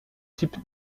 type